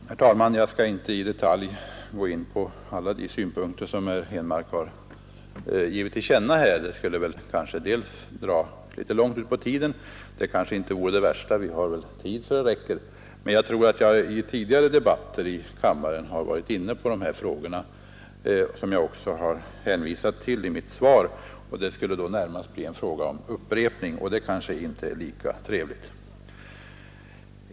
Herr talman! Jag skall inte i detalj gå in på alla de synpunkter som herr Henmark har givit uttryck för. Det skulle dra litet för långt ut på tiden, men det kanske inte vore det värsta — vi har väl tid så det räcker. Jag tror emellertid att jag i tidigare debatter i kammaren har varit inne på dessa frågor, vilket jag också hänvisat till i mitt svar, och det skulle därför närmast bli en upprepning och det kanske inte är så trevligt.